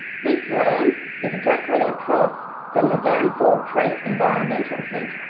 this land is directly across from the downfall creek environmental centre.